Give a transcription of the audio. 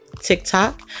TikTok